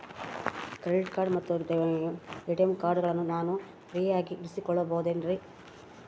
Credit ಮತ್ತ ATM ಕಾರ್ಡಗಳನ್ನ ನಾನು ಫ್ರೇಯಾಗಿ ಇಸಿದುಕೊಳ್ಳಬಹುದೇನ್ರಿ?